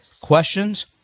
questions